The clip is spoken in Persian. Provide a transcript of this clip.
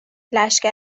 لشکر